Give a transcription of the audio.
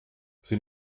sie